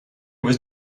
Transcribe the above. was